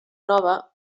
nova